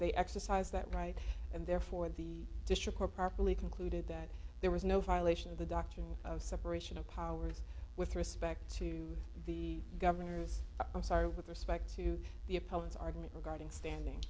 they exercise that right and therefore the district more properly concluded that there was no violation of the doctrine of separation of powers with respect to the governor's i'm sorry with respect to the opponent's argument regarding standing